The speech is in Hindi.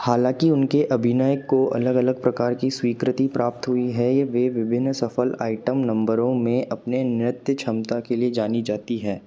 हालाँकि उनके अभिनय को अलग अलग प्रकार की स्वीकृति प्राप्त हुई है वह विभिन्न सफल आइटम नंबरों में अपनी नृत्य क्षमता के लिए जानी जाती हैं